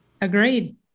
Agreed